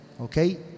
Okay